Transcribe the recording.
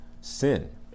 sin